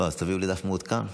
תביאו לי דף מעודכן.